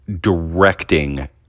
directing